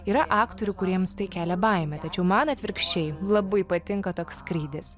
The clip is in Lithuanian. yra aktorių kuriems tai kelia baimę tačiau man atvirkščiai labai patinka toks skrydis